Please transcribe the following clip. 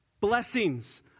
blessings